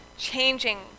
Changing